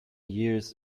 years